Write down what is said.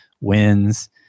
wins